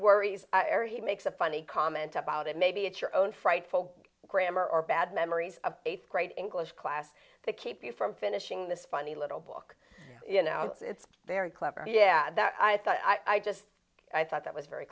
worries he makes a funny comment about it maybe it's your own frightful grammar or bad memories of eighth grade english class that keep you from finishing this funny little book you know it's very clever yeah that i thought i just i thought that was very